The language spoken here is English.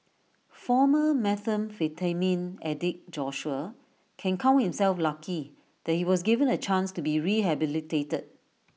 former methamphetamine addict Joshua can count himself lucky that he was given A chance to be rehabilitated